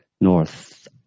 North